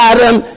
Adam